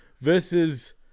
versus